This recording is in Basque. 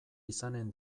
izanen